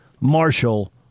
Marshall